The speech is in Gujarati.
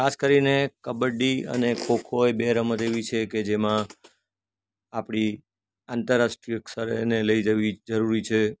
ખાસ કરીને કબડ્ડી અને ખો ખો એ બે રમત એવી છે કે જેમાં આપણી આંતરરાષ્ટ્રીય સ્તરે એને લઈ જવી જરૂરી છે